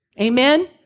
Amen